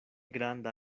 granda